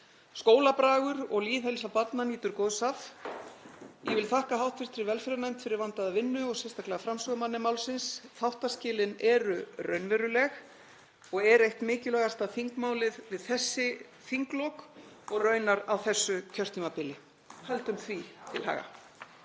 Skólabragur og lýðheilsa barna nýtur góðs af. Ég vil þakka hv. velferðarnefnd fyrir vandaða vinnu og sérstaklega framsögumanni málsins. Þáttaskilin eru raunveruleg. Þetta er eitt mikilvægasta þingmálið við þessi þinglok og raunar á þessu kjörtímabili. Höldum því til haga.